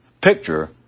picture